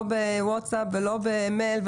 לא בוואטסאפ ולא במייל,